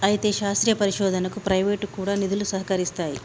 అయితే శాస్త్రీయ పరిశోధనకు ప్రైవేటు కూడా నిధులు సహకరిస్తాయి